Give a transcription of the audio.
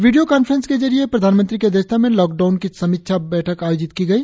video conference के जरिये प्रधानमंत्री की अध्यक्षता में लॉकडाउन की समीक्षा बैठक आयोजित की गई